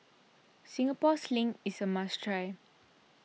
Singapore Sling is a must try